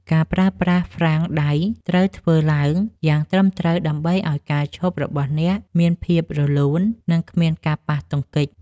ការប្រើប្រាស់ហ្វ្រាំងដៃត្រូវធ្វើឡើងយ៉ាងត្រឹមត្រូវ ដើម្បីឱ្យការឈប់របស់អ្នកមានភាពរលូន និងគ្មានការប៉ះទង្គិច។